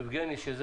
יבגני סובה.